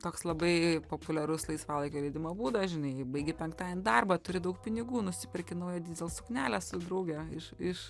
toks labai populiarus laisvalaikio leidimo būdas žinai baigi penktan darbą turi daug pinigų nusiperki naują dyzel suknelę su drauge iš iš